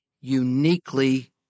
uniquely